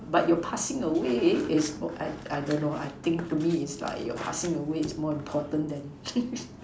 but your passing away is more I I don't know I think to me is like your passing away is more important than